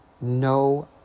no